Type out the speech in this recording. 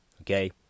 Okay